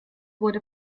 wurde